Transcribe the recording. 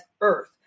earth